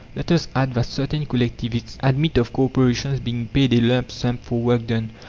let us add that certain collectivists admit of corporations being paid a lump sum for work done.